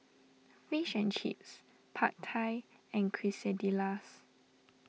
Fish and Chips Pad Thai and Quesadillas